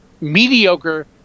mediocre